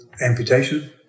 amputation